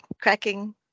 cracking